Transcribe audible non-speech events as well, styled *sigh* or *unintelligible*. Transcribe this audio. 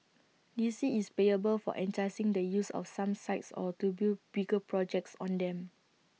D C is payable for *unintelligible* the use of some sites or to build bigger projects on them